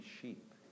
sheep